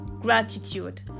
gratitude